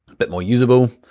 bit more usable.